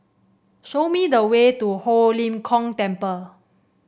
show me the way to Ho Lim Kong Temple